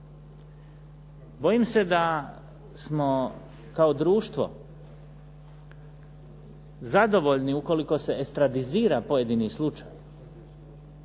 Bojim se da smo kao društvo zadovoljni ukoliko se estradizira pojedini slučaj